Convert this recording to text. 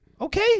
Okay